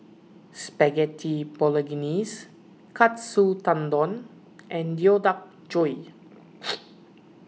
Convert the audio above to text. Spaghetti Bolognese Katsu Tendon and Deodeok Gui